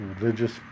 religious